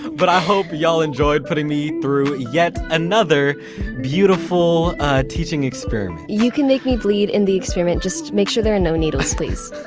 but i hope y'all enjoyed putting me through yet another beautiful teaching experiment you can make me bleed in the experiment, just make sure there are no needles, please